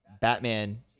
Batman